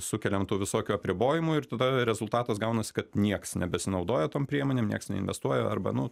sukeliam tų visokių apribojimų ir tada rezultatas gaunas kad nieks nebesinaudoja tom priemonėm nieks neinvestuoja arba nu